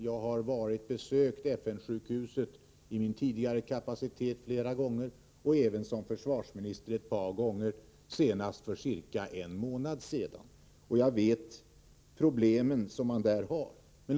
Jag har besökt FN-sjukhuset i min tidigare befattning flera gånger och även som försvarsminister ett par gånger, senast för cirka en månad sedan. Jag vet vilka problem man har där.